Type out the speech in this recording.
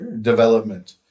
development